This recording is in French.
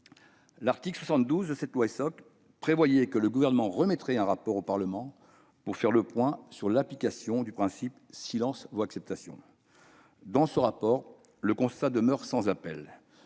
L'article 72 de la loi Essoc prévoyait que le Gouvernement remettrait un rapport au Parlement pour faire le point sur l'application du principe « silence vaut acceptation ». Dans ce rapport, le constat demeure sans appel